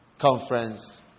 conference